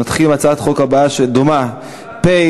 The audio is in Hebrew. נתחיל עם הצעת החוק הדומה הבאה, פ/768,